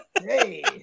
Hey